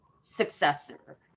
successor